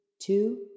two